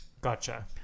Gotcha